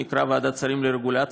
הוא נקרא ועדת שרים לרגולציה,